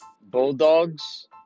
Bulldogs